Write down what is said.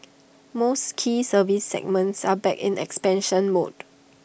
most key services segments are back in expansion mode